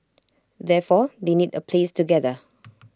therefore they need A place to gather